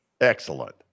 Excellent